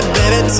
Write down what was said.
baby